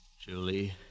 Julie